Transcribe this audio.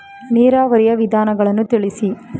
ನೀರಾವರಿಯ ವಿಧಾನಗಳನ್ನು ತಿಳಿಸಿ?